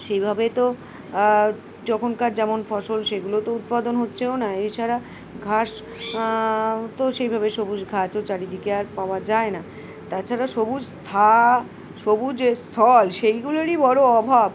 সেইভাবে তো যখনকার যেমন ফসল সেগুলো তো উৎপাদন হচ্ছেও না এছাড়া ঘাস তো সেইভাবে সবুজ ঘাসও চারিদিকে আর পাওয়া যায় না তাছাড়া সবুজ সা সবুজ স্থল সেইগুলোরই বড়ো অভাব